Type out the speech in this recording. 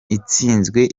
itsinzwe